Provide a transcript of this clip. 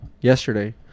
Yesterday